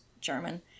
German